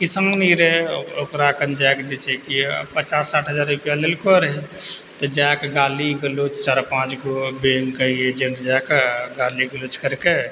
किसान ही रहय ओकरा खन जाइके जे छै कि पचास साठि हजार रुपैआ लेलकौ रहय तऽ जाइके गाली गलौच चारि पाँच गो बैंकके एजेन्ट जाके गाली गलौच करिके